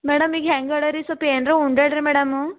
madam ಈಗ ಹೆಂಗ್ ಹೇಳರಿ ಸ್ವಲ್ಪ ಏನ್ರಾ ಉಂಡಾಳ್ರೀ ಮೇಡಮ್ಮು